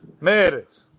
merit